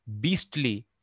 beastly